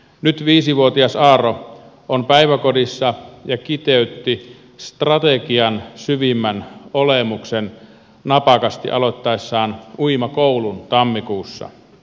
nyt viisivuotias aaro on päiväkodissa ja kiteytti strategian syvimmän olemuksen napakasti aloittaessaan uimakoulun tammikuussa